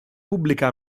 pubblica